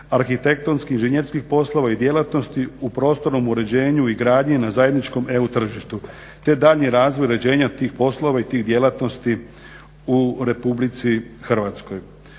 arhitektonske, inženjerskih poslova i djelatnosti u prostornom uređenju i gradnji na zajedničkom EU tržištu, te daljnji razvoj uređenja tih poslova i tih djelatnosti u RH. Osim toga